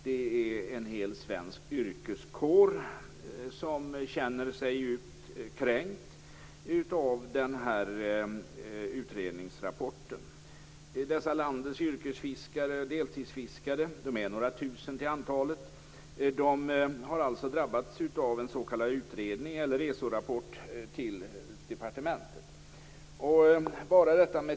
Det är en hel svensk yrkeskår som känner sig djupt kränkt av utredningsrapporten. Dessa landets yrkesfiskare och deltidsfiskare - de är några tusen till antalet - har alltså drabbats av en s.k. utredning eller en ESO-rapport till departementet.